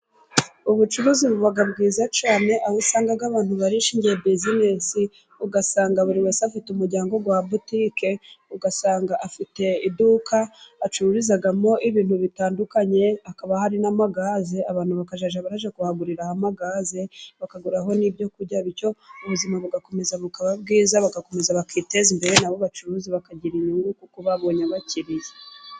Ubucuruzi buba bwiza cyane aho usanga abantu barishingiye bizinesi, ugasanga buri wese afite umuryango wa butike, ugasanga afite iduka acururizamo ibintu bitandukanye, hakaba hari n'amagaze, abantu bakazajya barajya kuhagurira amagaze, bakagurayo n'ibyo kurya bityo ubuzima bugakomeza bukaba bwiza, bagakomeza bakiteza imbere n'abo bacuruza bakagira inyungu kuko babonye abakiriya.